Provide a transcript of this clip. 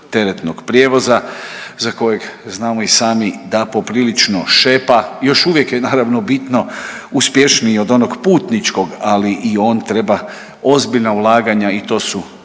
teretnog prijevoza za kojeg znamo i sami da poprilično šepa. Još uvijek je naravno bitno uspješniji od onog putničko, ali i on treba ozbiljna ulaganja i to su